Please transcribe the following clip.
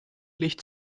licht